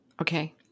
Okay